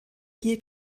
hier